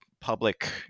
public